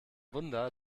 wunder